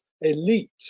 elite